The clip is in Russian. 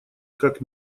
как